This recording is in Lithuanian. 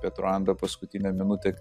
bet ruandą paskutinę minutę